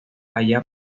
aya